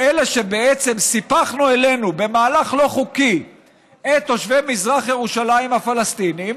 שבעצם סיפחנו אלינו במהלך לא חוקי את תושבי מזרח ירושלים הפלסטינים